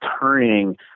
turning